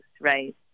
right